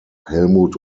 helmut